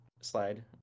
slide